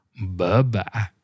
Bye-bye